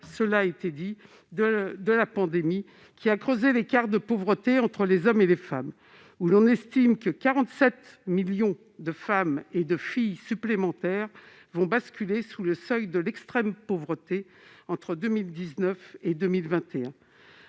à l'heure de la pandémie qui a creusé l'écart de pauvreté entre les hommes et les femmes. On estime ainsi que 47 millions de femmes et de filles supplémentaires vont basculer sous le seuil de l'extrême pauvreté entre 2019 et 2021,